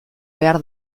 behar